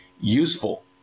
useful